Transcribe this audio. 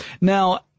Now